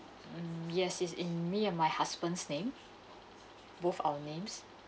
yes yes in me and my husband's name both our names